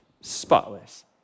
spotless